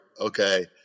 Okay